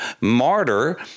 martyr